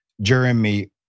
Jeremy